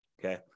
Okay